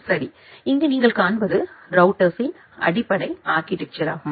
சரி இங்கு நீங்கள் காண்பது ரௌட்டர்ஸ்ஸின் அடிப்படை ஆர்கிடெக்சர் ஆகும்